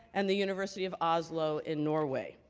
and the university of oslo in norway.